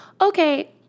okay